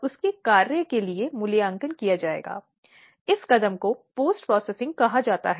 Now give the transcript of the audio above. अब क्रूरता शब्द को दो तरह से परिभाषित किया गया है